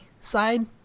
side